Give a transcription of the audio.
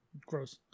Gross